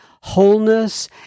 wholeness